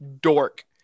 dork